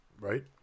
right